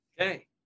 okay